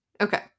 Okay